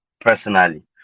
personally